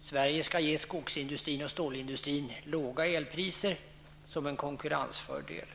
Sverige skall ge skogs och stålindustrin låga elpriser som en konkurrensfördel.